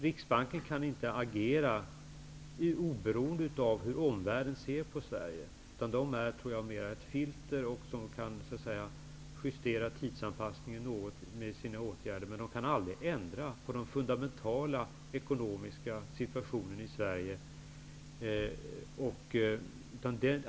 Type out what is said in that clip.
Riksbanken kan inte agera oberoende av hur omvärlden ser på Sverige, utan fungerar mera som ett filter och kan med sina åtgärder justera tidsanpassningen något. Men den kan aldrig ändra den fundamentala ekonomiska situationen i Sverige.